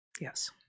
Yes